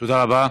תודה רבה.